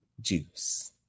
juice